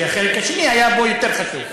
והחלק השני בו היה יותר חשוב.